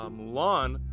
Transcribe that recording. Mulan